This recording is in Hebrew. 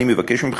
אני מבקש ממך,